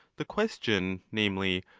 the question, namely,